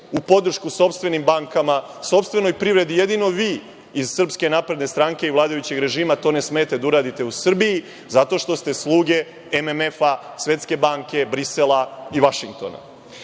u podršci sopstvenim bankama, sopstvenoj privredi, jedino vi iz SNS i vladajućeg režima, to ne smete da uradite u Srbiji, zato što ste sluge MMF, Svetske banke, Brisela i Vašingtona. Ovde